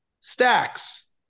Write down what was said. Stacks